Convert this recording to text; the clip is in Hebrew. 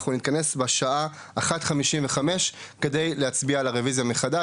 נתכנס בשעה 13:55 כדי להצביע על הרוויזיה מחדש.